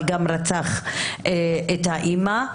אבל שגם רצח את האימא.